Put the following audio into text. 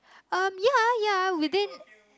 um ya ya within